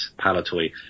palatoy